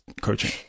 coaching